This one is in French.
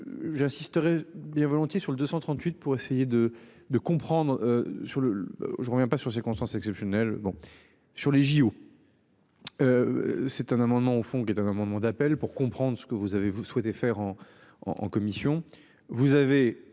J'insisterai bien volontiers sur le 238 pour essayer de, de comprendre sur le je reviens pas sur circonstances exceptionnelles bon sur les JO. C'est un amendement au fond qui est un amendement d'appel pour comprendre ce que vous avez vous souhaité faire en, en, en commission,